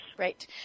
Right